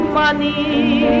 money